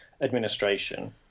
administration